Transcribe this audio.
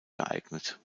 geeignet